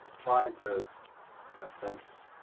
trying to, in a sense,